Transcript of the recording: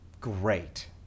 Great